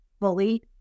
fully